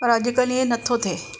पर अॼु कल्ह इहो नथो थिए